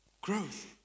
growth